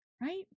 right